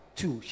two